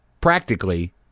practically